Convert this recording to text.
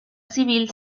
civil